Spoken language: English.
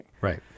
Right